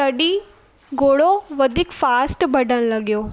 तॾहिं घोड़ो वधीक फास्ट भॼणु लॻो